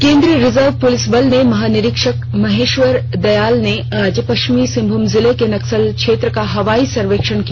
केंद्रीय रिजर्व पुलिस बल के महानिरीक्षक महेश्वर दयाल ने आज पश्चिमी सिंहभूम जिले के नक्सल क्षेत्रों का हवाई सर्वेक्षण किया